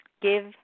Give